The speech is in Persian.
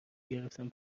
گرفتم